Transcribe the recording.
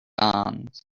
bonds